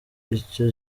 icyo